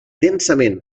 densament